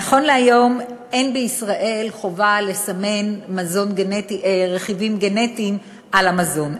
נכון להיום אין בישראל חובה לסמן רכיבים גנטיים על מוצרי המזון.